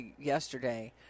yesterday